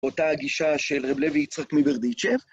אותה הגישה של רב לוי יצחק מברדיצ'ב.